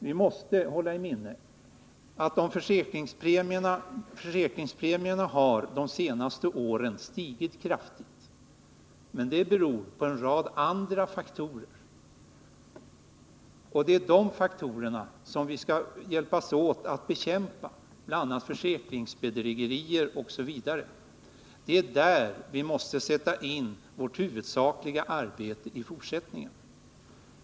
Vi måste hålla i minnet att försäkringspremierna under de senaste åren visserligen stigit mycket kraftigt men att detta beror på en rad andra faktorer. Det är de faktorerna vi skall hjälpas åt att bekämpa, nämligen försäkringsbedrägerier osv. Det är där vi måste sätta in vårt huvudsakliga arbete i fortsättningen.